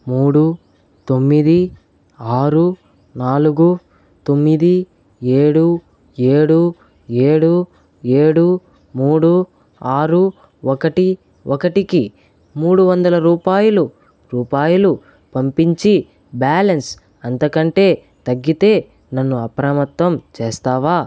మూడు తొమ్మిది ఆరు నాలుగు తొమ్మిది ఏడు ఏడు ఏడు ఏడు మూడు ఆరు ఒకటి ఒకటికి మూడు వందల రూపాయలు రూపాయలు పంపించి బ్యాలెన్స్ అంతకంటే తగ్గితే నన్ను అప్రమత్తం చేస్తావా